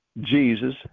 Jesus